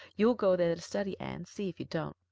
you'll go there to study, anne, see if you don't.